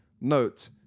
Note